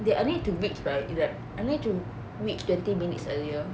I need to reach right like I to reach twenty minutes earlier